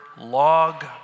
log